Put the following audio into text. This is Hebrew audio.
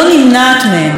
וכאן אני רוצה לפנות,